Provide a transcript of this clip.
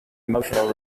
emotional